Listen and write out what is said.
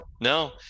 no